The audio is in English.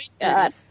God